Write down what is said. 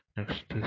Next